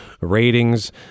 ratings